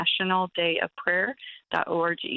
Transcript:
nationaldayofprayer.org